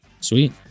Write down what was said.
Sweet